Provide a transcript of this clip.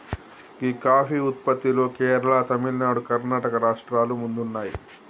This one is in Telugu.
గీ కాఫీ ఉత్పత్తిలో కేరళ, తమిళనాడు, కర్ణాటక రాష్ట్రాలు ముందున్నాయి